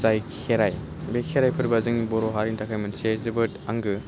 जाय खेराइ बे खेराइ फोर्बोआ जोंनि बर' हारिनि थाखाय मोनसे जोबोद आंगो